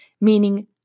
meaning